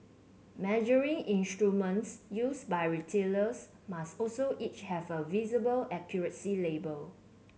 measuring instruments used by retailers must also each have a visible accuracy label